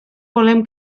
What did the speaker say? volem